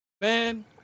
man